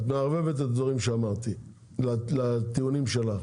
את מערבבת את הדברים שאמרתי עם הטיעונים שלך.